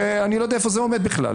ואני לא יודע איפה זה עומד בכלל.